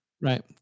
Right